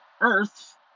Earth